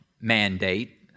mandate